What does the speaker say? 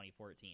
2014